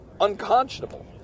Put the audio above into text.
unconscionable